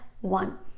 one